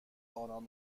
آنان